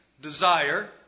desire